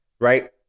right